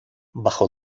bajo